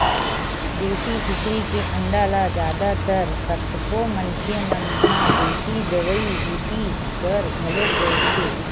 देसी कुकरी के अंडा ल जादा तर कतको मनखे मन ह देसी दवई बूटी बर घलोक बउरथे